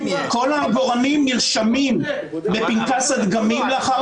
שכל העגורנים נרשמים בפנקס הדגמים לאחר